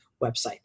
website